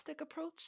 approach